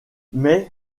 mai